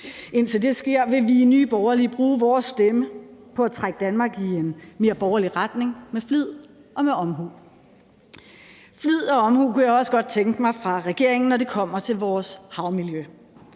Indtil det sker, vil vi i Nye Borgerlige bruge vores stemme på at trække Danmark i en mere borgerlig retning med flid og med omhu. Kl. 21:25 Flid og omhu kunne jeg også godt tænke mig fra regeringen, når det kommer til vores havmiljø.